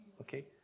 Okay